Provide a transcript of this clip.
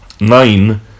Nine